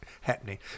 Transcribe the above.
happening